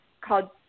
called